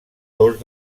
dos